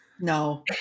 No